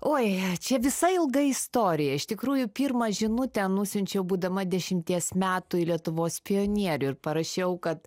oi čia visa ilga istorija iš tikrųjų pirmą žinutę nusiunčiau būdama dešimties metų į lietuvos pionierių ir parašiau kad